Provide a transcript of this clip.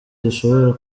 zishobora